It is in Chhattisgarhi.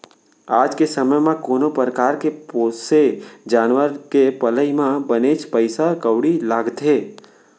आज के समे म कोनो परकार के पोसे जानवर के पलई म बनेच पइसा कउड़ी लागथे